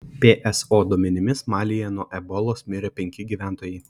pso duomenimis malyje nuo ebolos mirė penki gyventojai